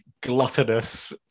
gluttonous